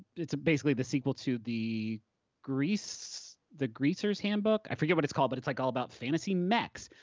it's basically the sequel to the greaser's the greaser's handbook. i forget what it's called, but it's like all about fantasy mechs.